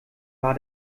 war